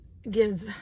give